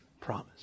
promise